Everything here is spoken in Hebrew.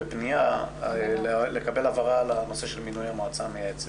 בפניה לקבל הברה לנושא של מינוי המועצה המייעצת